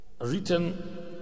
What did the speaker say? written